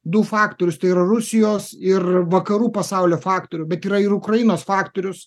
du faktorius tai yra rusijos ir vakarų pasaulio faktorių bet yra ir ukrainos faktorius